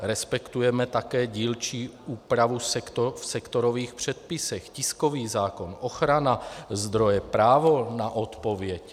Respektujeme také dílčí úpravu v sektorových předpisech, tiskový zákon, ochrana zdroje, právo na odpověď.